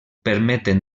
permeten